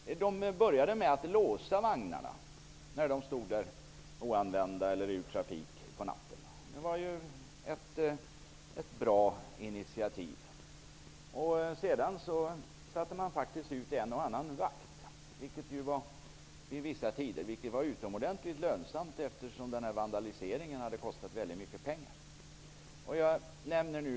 Man började nämligen med att låsa vagnar som på natten inte var i trafik. Detta var ett bra initiativ. Dessutom använde man sig av en och annan vakt vid vissa tider på dygnet. Detta har varit utomordentligt lönsamt, eftersom vandaliseringen kostat väldigt mycket pengar.